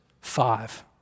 five